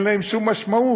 אין להן שום משמעות.